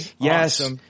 yes